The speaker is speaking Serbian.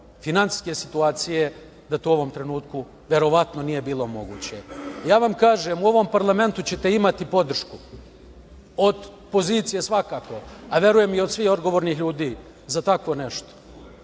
finansijske situacije to u ovom trenutku verovatno nije bilo moguće. Ja vam kažem, u ovom parlamentu ćete imati podršku od pozicije svakako, a verujem i od svih odgovornih ljudi za tako nešto,